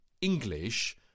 English